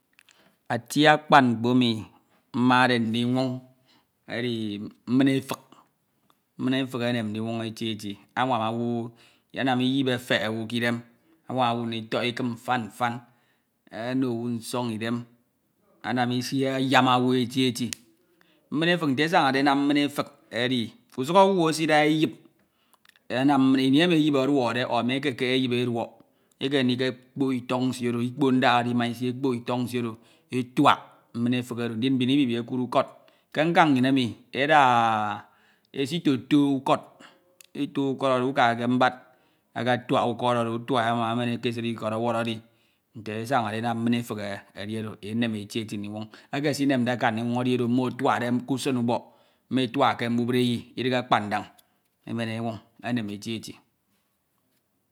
ati akpan mkpo emi mmade ndinwon edi mmin efik enem ndiwon efi eti. anwam owu enye anam iyip efehe owu k'idem. anwam owu nditak ikin mfan mfan. ono owu nsan idem, anem isi anyana owu eti eti mmin efik nte esanade enam mmin ofak edi usuk owu esida eyip enam mmin. ini emi eyip oduode o me ekekek eyip eduok ekeme ndike kpok iton nsie oro. ikpok ndak oro ima isi ekpok iton nsie oro. etuak mmin efik oro ndin mbin ibibi ekud ukod. ke nkan nnyin emi esitoto ukod eto ukod oro uka ke mbad akatuak ukod oro. utuak e uma emen ke esid ikod oworo edi. nte esanade enam mmin efik edi oro enem eti eti ndinwon edi edi mmo atuakde l'usen ubok metuak ke mbubreyi idihe akpa ndan emen odi enem eti eti.